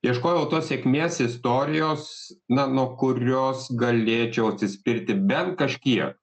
ieškojau tos sėkmės istorijos na nuo kurios galėčiau atsispirti bent kažkiek